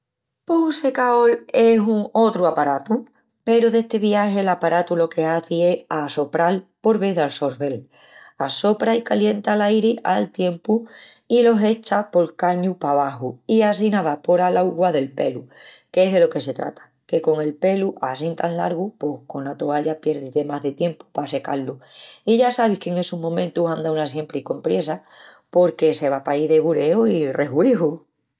Pos un secaol es un otru aparatu. Peru d'esti viagi l'aparatu lo que hazi es assopral por vés d'assorvel. Assopra i calienta l'airi al tiempu i lo echa pol cañu pabaxu i assina vapora l'augua del pelu, qu'es delo que se trata, que con el pelu assín tan largu pos cona toalla pierdis de más de tiempu pa secá-lu i ya sabis qu'en essus momentus anda una siempri con priessa porque se va paí de bureu i rehuíju.